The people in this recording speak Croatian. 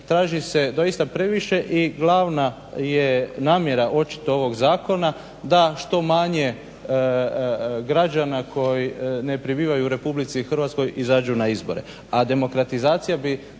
traži se doista previše i glavna je namjera očito ovog zakona da što manje građana koji ne prebivaju u Republici Hrvatskoj izađu na izbore, a demokratizacija bi